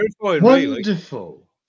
wonderful